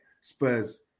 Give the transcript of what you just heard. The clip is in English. Spurs